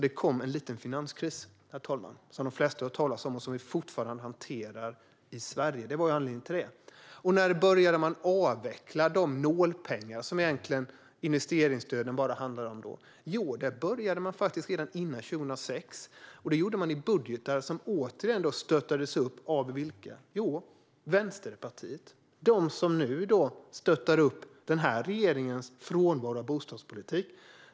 Det kom ju en liten finanskris, som de flesta har hört talas om och som vi fortfarande hanterar i Sverige. Det var det som var anledningen. När började man då avveckla de nålpengar som investeringsstöden ändå är? Jo, det var faktiskt redan före 2006. Det gjordes i budgetar som stöttades av Vänsterpartiet, som nu stöttar den här regeringens frånvaro av bostadspolitik.